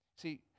See